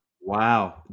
Wow